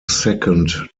second